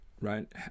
right